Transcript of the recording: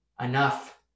Enough